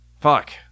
Fuck